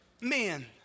men